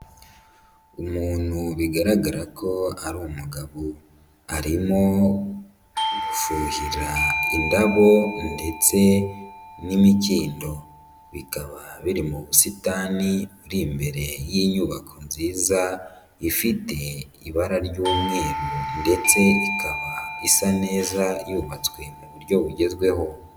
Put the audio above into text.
Umuntu bigaragara ko ari umugabo, arimo gufuhira indabo ndetse n'imikindo. Bikaba biri mu busitani buri imbere y'inyubako nziza, ifite ibara ry'umweru ndetse ikaba isa neza yubatswe mu buryo bugezweho.